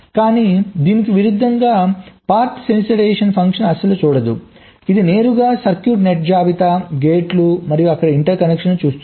కానీ దీనికి విరుద్ధంగా పాత్ సెన్సిటైజేషన్ ఫంక్షన్ను అస్సలు చూడదు ఇది నేరుగా సర్క్యూట్ నెట్ జాబితా గేట్లు మరియు అక్కడ ఇంటర్ కనెక్షన్లను చూస్తుంది